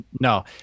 no